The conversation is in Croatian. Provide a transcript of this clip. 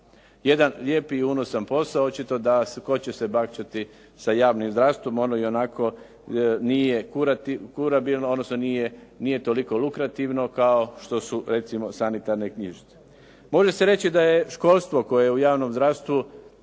Jedan lijep i unosan posao, očito da tko će se bakćati sa javnim zdravstvom, ono ionako nije kurabilno odnosno nije toliko lukrativno kao što su recimo sanitarne knjižice. Može se reći da je školstvo koje je u javnom zdravstvu